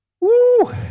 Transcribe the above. Woo